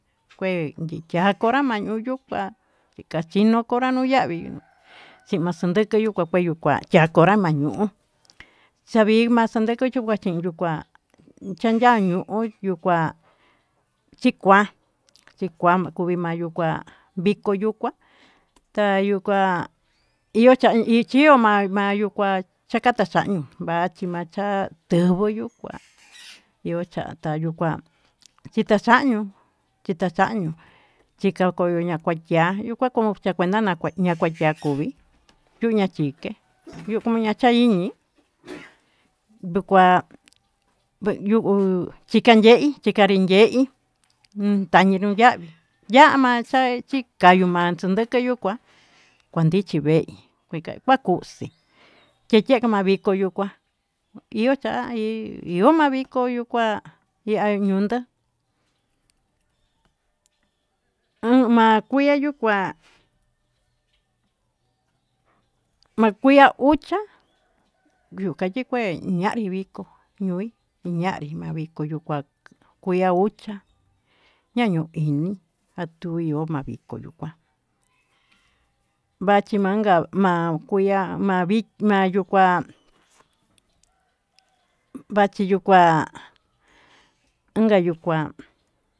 Kué yich'a konrá mayuyu, kuá kachino konrá ñuu yavii chimanxadeku kuya'a nuu kuá chi'á konrama ñuu xanima'a xandekuu yuu kuá chín yuu kuá chanda ñi'u yuu kuá chikoá, chikua kumi mayuu kuá vikó yuu kuá tayiu kuá iho chimakui yee amayuu kuá chata tachañió vachima'a chá tiuvuu yuu kuá yio cha'a tayuu kuá kitachañió kitachañió yii ka koño'o má kua chiayuu kua ko'o kuenta ña'a kua ya'á, yakuvii yuña'a chiké yii kuña'a chañiñi ndukua yu'u chikanyeí chikanrí ye'í uun tanri ñuu yavii yama'a xaí chikayu ma'a xuu kandeke yuu kuá kuandichpi veí kua kuxii cheña'a kayanvikó yuu kuá iho cha'a hi iho ma'a viko yuu kuá yian niundó, an makiya yuu kuá makuiya uchiá nikanikué ñavii vikó ñuí ñanri ma'a viko yuu kuá kuia ucha'a ña'a kuu kimi'i xatuí yo'o ma'a viko yuu kuá machimanka ma'a kuya'a yi'á ma'a vidma'a yuu kuá vachi yuu kuan inka yuu kuá.